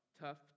tough